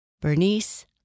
Bernice